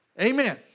Amen